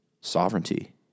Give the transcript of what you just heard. sovereignty